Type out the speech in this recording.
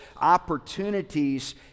opportunities